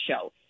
show